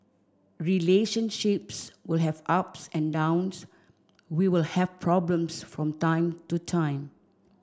relationships will have ups and downs we will have problems from time to time